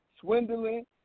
swindling